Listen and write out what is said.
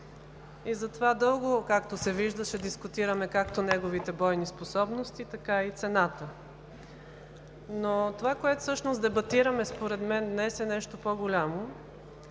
и затова дълго, както се вижда, дискутираме, както неговите бойни способности, така и цената. Но това, което всъщност дебатираме, според мен днес е нещо по голямо